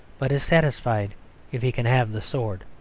but is satisfied if he can have the sword.